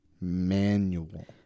Manual